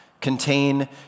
contain